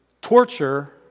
torture